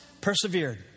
persevered